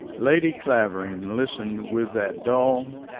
lady clavering listened with that dull,